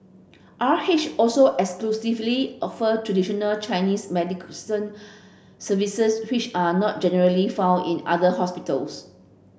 R Hesh also exclusively offer traditional Chinese services which are not generally found in other hospitals